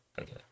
okay